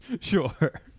Sure